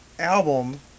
album